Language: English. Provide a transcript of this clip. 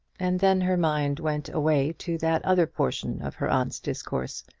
and then her mind went away to that other portion of her aunt's discourse.